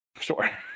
Sure